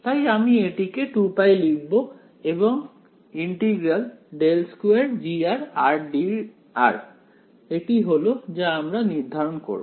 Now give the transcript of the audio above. তাই আমি এটিকে 2π লিখব এবং ∫∇2G rdr এটি হল যা আমরা নির্ধারণ করব